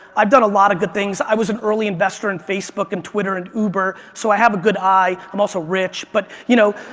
i've done a lot of good things. i was an early investor in facebook and twitter and uber so i have a good eye. i'm also rich but, you know.